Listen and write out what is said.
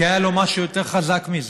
כי היה לו משהו יותר חזק מזה.